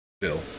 bill